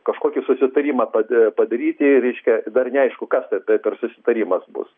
kažkokį susitarimą pad padaryti reiškia dar neaišku kas tai pe per susitarimas bus